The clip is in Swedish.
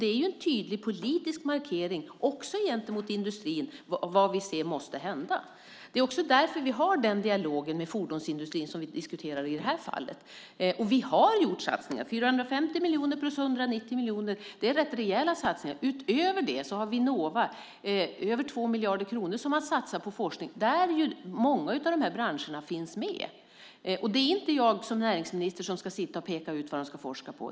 Det är en tydlig politisk markering även till industrin. Det är också därför vi har dialogen med fordonsindustrin. Vi har gjort satsningar. 450 miljoner plus 190 miljoner är rätt rejäla satsningar. Utöver det satsar Vinnova över 2 miljarder kronor på forskning. Där finns många av dessa branscher med. Jag som näringsminister ska inte peka ut vad de ska forska på.